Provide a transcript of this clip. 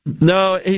No